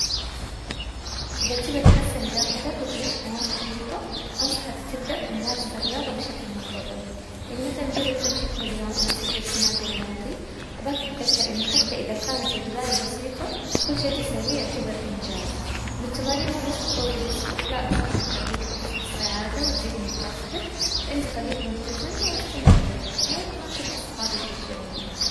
اذا تبى تحسن لياقتك وتعيش حياة نشيطة انصحك تبدأ بممارسة الرياضة بشكل منتظم، يعني مثلا جرب تمشي كل يوم او تسجل في نادي رياضي، وابغاك تتذكر انه حتى اذا كانت البداية بسيطة، كل شي تسويه يعتبر انجازن التمارين مو بس تقوي جسمك كمان تخليك تحس بالسعادة وتزيد من طاقتك، فانت خليك ملتزم واستمتع بالرحلة وكمان تشوف اصحاب يشجعونك.